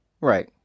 Right